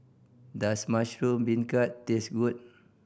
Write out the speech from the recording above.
does mushroom beancurd taste good